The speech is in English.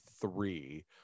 three